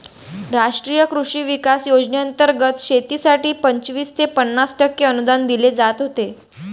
राष्ट्रीय कृषी विकास योजनेंतर्गत शेतीसाठी पंचवीस ते पन्नास टक्के अनुदान दिले जात होते